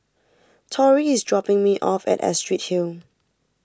Tori is dropping me off at Astrid Hill